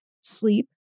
sleep